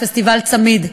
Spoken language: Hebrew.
פסטיבל צמי"ד.